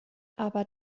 aber